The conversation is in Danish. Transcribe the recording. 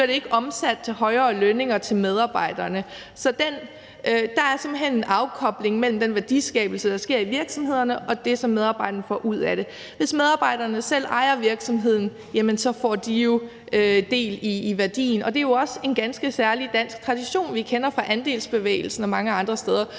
det ikke omsat til højere lønninger til medarbejderne. Så der er altså simpelt hen en afkobling fra den værdiskabelse, der sker i virksomhederne, til det, som medarbejderne får ud af det. Hvis medarbejderne selv ejer virksomheden, får de jo del i værdien, og det er jo også en ganske særlig dansk tradition, som vi kender fra andelsbevægelsen og mange andre steder.